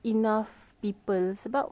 enough people it's about